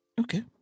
Okay